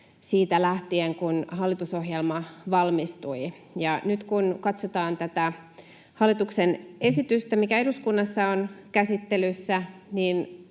siitä lähtien, kun hallitusohjelma valmistui. Nyt kun katsotaan tätä hallituksen esitystä, mikä eduskunnassa on käsittelyssä,